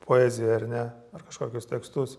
poeziją ar ne ar kažkokius tekstus